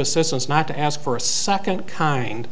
assistance not to ask for a second kind